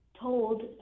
told